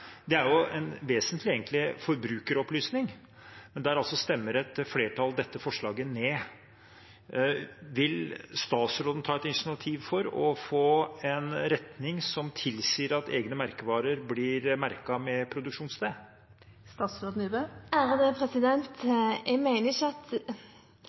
ned. Vil statsråden ta initiativ til å få en retning som tilsier at kjedenes egne merkevarer blir merket med produksjonssted?